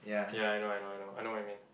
ya I know I know I know I know what you mean